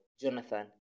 Jonathan